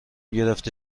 گرفته